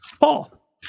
Paul